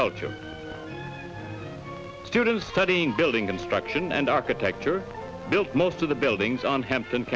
culture students studying building construction and architecture built most of the buildings on hampton